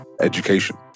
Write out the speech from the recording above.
education